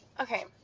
okay